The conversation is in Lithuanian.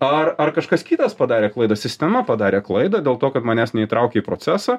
ar ar kažkas kitas padarė klaidą sistema padarė klaidą dėl to kad manęs neįtraukė į procesą